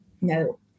No